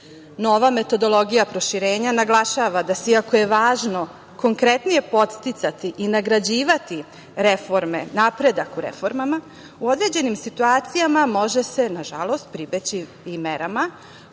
Nova metodologija proširenja naglašava da se, iako je važno konkretnije podsticati i nagrađivati reforme, napredak u reformama, u određenim situacijama može se, nažalost, pribeći i merama